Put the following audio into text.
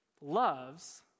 loves